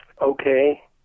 okay